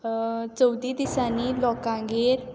चवथी दिसांनी लोकांगेर